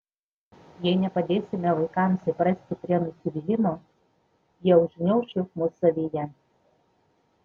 jei nepadėsime vaikams įprasti prie nusivylimo jie užgniauš jausmus savyje